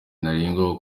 ntarengwa